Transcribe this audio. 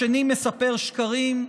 השני מספר שקרים.